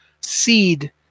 seed